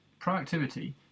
Proactivity